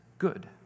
good